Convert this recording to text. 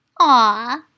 Aw